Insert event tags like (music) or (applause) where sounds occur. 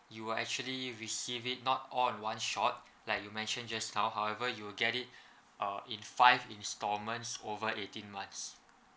you will actually receive it not all in one shot like you mentioned just now however you will get it (breath) uh in five instalments over eighteen months